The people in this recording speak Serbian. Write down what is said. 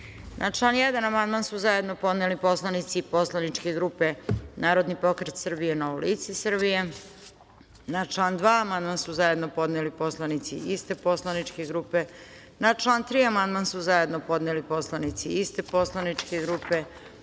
član 1. amandman su zajedno podneli poslanici poslaničke grupe Narodni pokret Srbije – Novo lice Srbije. Na član 2. amandman su zajedno podneli narodni poslanici iste poslaničke grupe. Na član 3. amandman su zajedno podneli narodni poslanici iste poslaničke grupe. Na